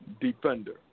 defender